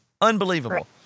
unbelievable